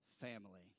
family